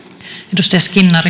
arvoisa